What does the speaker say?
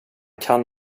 kan